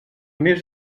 més